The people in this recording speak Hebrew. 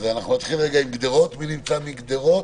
נתחיל עם גדרות, מי נמצא מגדרות?